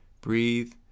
breathe